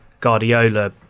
Guardiola